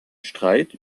streit